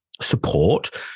support